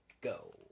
go